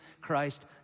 Christ